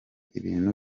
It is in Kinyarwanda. ibintu